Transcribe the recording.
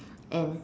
and